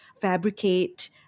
fabricate